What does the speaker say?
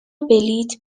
بلیط